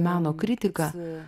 meno kritiką